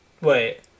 Wait